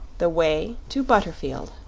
the way to butterfield